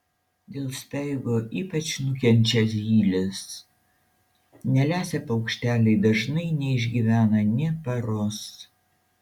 dėl speigo ypač nukenčia zylės nelesę paukšteliai dažnai neišgyvena nė paros